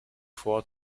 vor